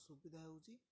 ସୁବିଧା ହେଉଛି